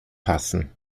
passen